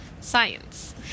science